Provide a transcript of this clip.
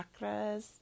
chakras